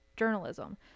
journalism